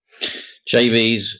JVs